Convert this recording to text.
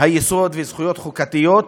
היסוד וזכויות חוקתיות.